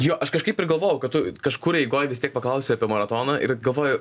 jo aš kažkaip ir galvojau kad tu kažkur eigoj vis tiek paklausi apie maratoną ir galvoju